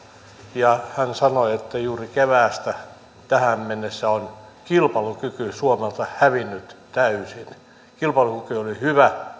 ja hän sanoi että juuri keväästä tähän mennessä on kilpailukyky suomelta hävinnyt täysin kilpailukyky oli hyvä